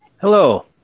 Hello